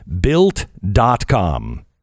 Built.com